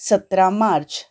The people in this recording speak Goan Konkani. सतरा मार्च